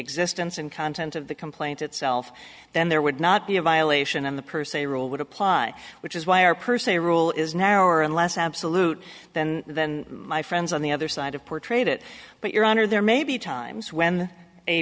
existence and content of the complaint itself then there would not be a violation and the per se rule would apply which is why our per se rule is now or in less absolute than than my friends on the other side of portrayed it but your honor there may be times when a